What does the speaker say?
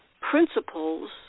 principles